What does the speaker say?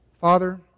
Father